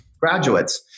graduates